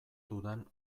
dudan